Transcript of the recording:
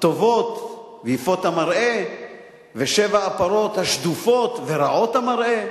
הטובות ויפות המראה ושבע הפרות השדופות ורעות המראה?